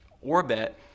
orbit